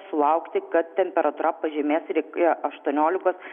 sulaukti kad temperatūra pažemės ir iki aštuoniolikos